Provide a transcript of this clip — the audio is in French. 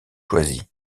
choisis